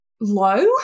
low